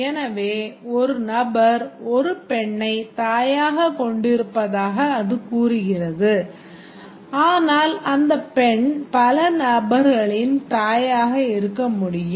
எனவே ஒரு நபர் ஒரு பெண்ணைத் தாயாகக் கொண்டிருப்பதாக அது கூறுகிறது ஆனால் அந்த பெண் பல நபர்களின் தாயாக இருக்க முடியும்